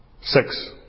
six